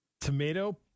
tomato